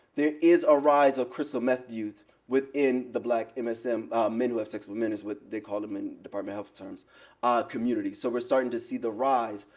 there is a rise of crystal meth use within the black msm men who have sex with men is what they call them in department of health terms communities. so we're starting to see the rise,